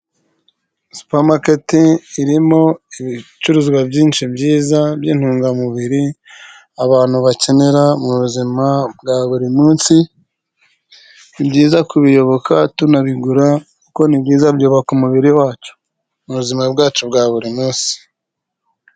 Supermarket irimo ibicuruzwa byinshi byiza byintungamubiri abantu bakenera mu buzima bwa buri munsi ni byiza kubiyoboka tunabigura kuko ni byiza byubaka umubiri wacu mu buzima bwacu bwa buri munsi .